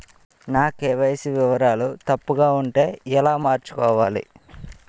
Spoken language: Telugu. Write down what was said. నా కే.వై.సీ వివరాలు తప్పుగా ఉంటే ఎలా మార్చుకోవాలి?